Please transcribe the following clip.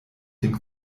dem